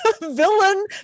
villain